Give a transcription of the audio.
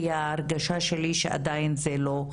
כי ההרגשה שלי שעדיין זה לא,